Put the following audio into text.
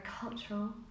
cultural